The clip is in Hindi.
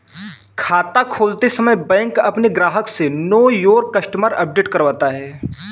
खाता खोलते समय बैंक अपने ग्राहक से नो योर कस्टमर अपडेट करवाता है